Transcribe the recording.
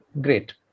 great